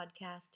podcast